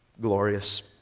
glorious